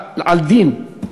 על דין.